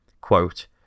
Quote